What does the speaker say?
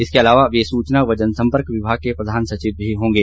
इसके अलावा वे सूचना व जनसम्पर्क विभाग के प्रधान सचिव भी होंगे